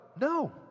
No